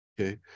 Okay